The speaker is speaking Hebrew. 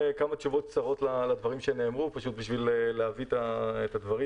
כמה תשובות קצרות לדברים שנאמרו פשוט בשביל להבין את הדברים.